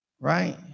Right